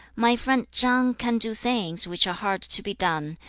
my friend chang can do things which are hard to be done,